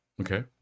okay